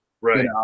Right